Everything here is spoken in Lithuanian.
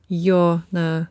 jo na